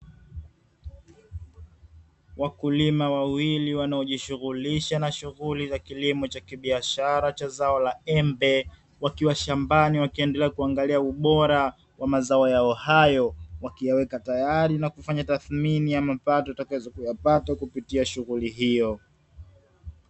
Wakulima wawili wanaojishughulisha na shughuli za kilimo cha kibiashara cha zao la embe, wakiwa shambani wakiendelea kuangalia ubora wa mazao yao hayo, wakiyaweka tayari na kufanya tathmini ya mapato utakazo kuyapata, kupitia shughuli hiyo.